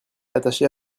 attachés